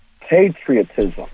patriotism